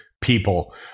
people